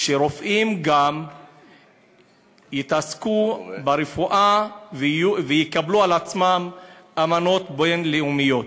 שרופאים גם יתעסקו ברפואה ויקבלו על עצמם אמנות בין-לאומיות,